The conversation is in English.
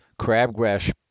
crabgrass